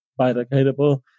biodegradable